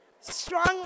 Strong